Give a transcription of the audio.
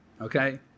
Okay